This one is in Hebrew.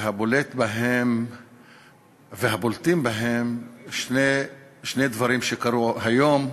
והבולטים בהם בשני דברים שקרו היום: